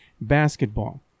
basketball